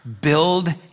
build